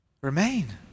remain